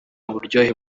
uburyohe